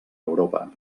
europa